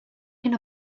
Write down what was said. hyn